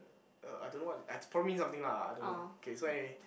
uh I don't know what I probably mean something lah I don't know K so anyway